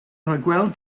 rhagweld